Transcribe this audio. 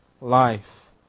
life